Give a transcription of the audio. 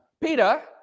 Peter